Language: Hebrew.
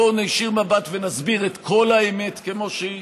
בואו נישיר מבט ונסביר את כל האמת כמו שהיא.